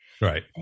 Right